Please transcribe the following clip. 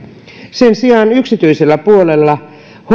sen sijaan yksityisellä puolella